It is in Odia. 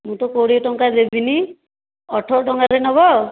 ମୁଁ ତ କୋଡ଼ିଏ ଟଙ୍କା ଦେବିନି ଅଠର ଟଙ୍କାରେ ନେବ